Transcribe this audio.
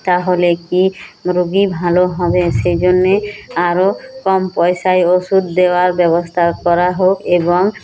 তাহলে কি রুগি ভালো হবে সেই জন্যে আরো কম পয়সায় ওষুধ দেওয়ার ব্যবস্থা করা হোক এবং